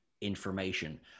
information